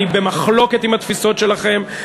אני במחלוקת עם התפיסות שלכם,